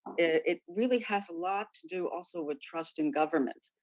it really has a lot to do also with trust in government.